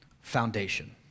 foundation